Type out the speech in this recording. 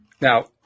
Now